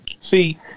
See